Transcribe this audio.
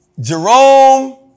Jerome